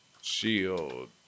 Shield